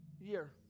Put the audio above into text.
year